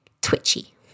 twitchy